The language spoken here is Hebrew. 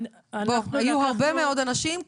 היו הרבה מאוד אנשים,